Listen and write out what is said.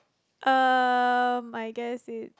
um I guess it's